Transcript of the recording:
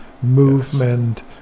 movement